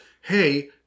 Hey